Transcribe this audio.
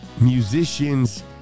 musicians